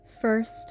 first